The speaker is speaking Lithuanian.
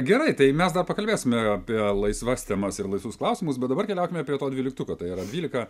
gerai tai mes dar pakalbėsime apie laisvas temas ir laisvus klausimus bet dabar keliaukime prie to dvyliktuko tai yra dvylika